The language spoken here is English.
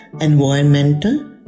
environmental